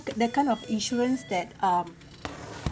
that kind of insurance that um